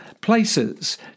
places